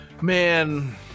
Man